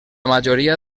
majoria